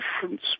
difference